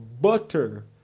Butter